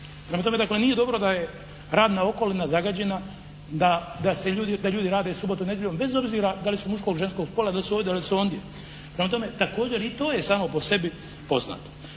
Prema tome, dakle nije dobro da je radna okolina zagađena, da ljudi rade subotom i nedjeljom bez obzira da li su muškog ili ženskog spola, da li su ovdje, da li su ondje, prema tome također i to je samo po sebi poznato.